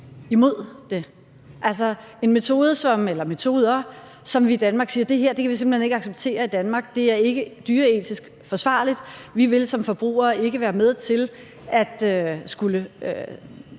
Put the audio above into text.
imod det? Det er metoder, som vi siger vi simpelt hen ikke kan acceptere i Danmark. Det er ikke dyreetisk forsvarligt. Vi vil som forbrugere ikke være med til at skulle